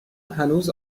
هنوز